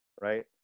right